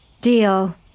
Deal